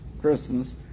Christmas